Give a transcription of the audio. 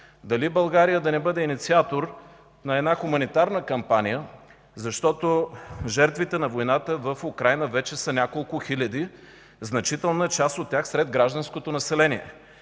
дали България да не бъде инициатор на една хуманитарна кампания, защото жертвите на войната в Украйна вече са няколко хиляди, значителна част от тях сред гражданското население.